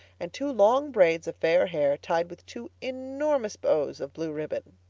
and two long braids of fair hair tied with two enormous bows of blue ribbon.